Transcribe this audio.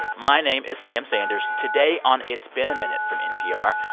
my name is sam sanders. today on it's been a minute from npr,